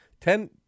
ten